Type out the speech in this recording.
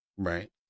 Right